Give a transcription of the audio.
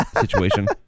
situation